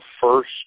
first